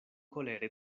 kolere